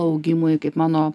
augimui kaip mano